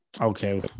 Okay